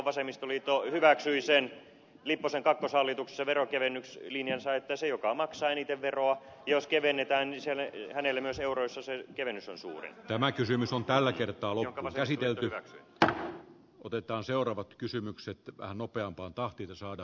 vasemmistoliitto hyväksyi lipposen kakkoshallituksessa sen veronkevennyslinjan että sille joka maksaa eniten veroa myös euroissa se kevennys on tällä kertaa ollut käsitelty tämä otetaan seuraavat suurin ja tämän vasemmistoliitto hyväksyi